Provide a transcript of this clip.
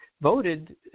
voted